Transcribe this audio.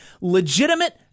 legitimate